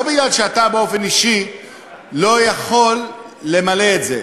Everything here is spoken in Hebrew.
לא מפני שאתה באופן אישי לא יכול למלא את זה.